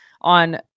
on